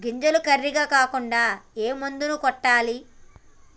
గింజలు కర్రెగ కాకుండా ఏ మందును కొట్టాలి?